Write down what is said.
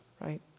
right